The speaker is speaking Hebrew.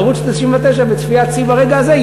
אז ערוץ 99 בצפיית שיא ברגע הזה,